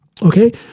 Okay